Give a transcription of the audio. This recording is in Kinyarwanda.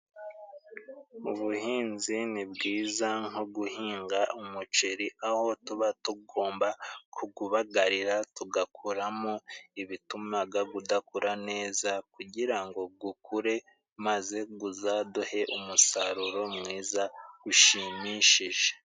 Ubuhinzi ni bwiza nko guhinga umuceri, aho tuba tugomba kugwubagarira, tugakuramo ibitumaga gwudakora neza, kugirango gwukure maze gwuzaduhe umusaruro mwiza bishimishije.